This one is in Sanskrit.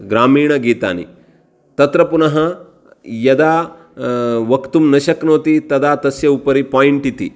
ग्रामीणगीतानि तत्र पुनः यदा वक्तुं न शक्नोति तदा तस्य उपरि पोयिण्ट् इति